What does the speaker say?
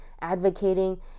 advocating